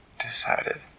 decided